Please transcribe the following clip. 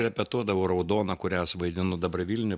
repetuodavau raudoną kurią suvaidinu dabar vilniuj